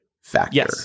factor